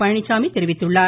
பழனிச்சாமி தெரிவித்துள்ளார்